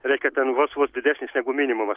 reiškia ten vos vos didesnis negu minimumas